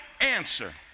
answer